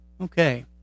Okay